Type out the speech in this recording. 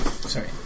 Sorry